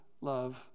love